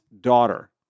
daughter